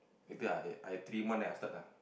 later I I I three month then I start ah